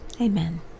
Amen